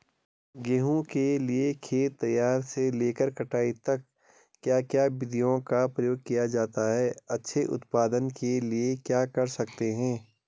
गेहूँ के लिए खेत तैयार से लेकर कटाई तक क्या क्या विधियों का प्रयोग किया जाता है अच्छे उत्पादन के लिए क्या कर सकते हैं?